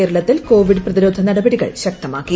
കേര്ളത്തിൽ Covid പ്രതിരോധ നടപടികൾ ശക്തമാക്കി